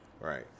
right